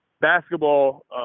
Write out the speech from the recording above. basketball